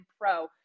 pro